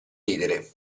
ridere